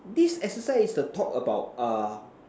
this exercise is to talk about uh